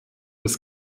des